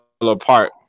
apart